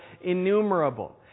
innumerable